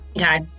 Okay